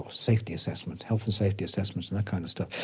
safety assessments, health and safety assessments and that kind of stuff.